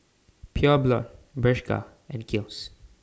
Pure Blonde Bershka and Kiehl's